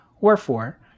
Wherefore